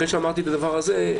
אחרי שאמרתי את הדבר הזה,